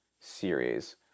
series